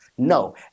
No